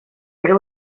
era